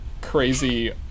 Crazy